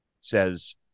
says